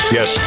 Yes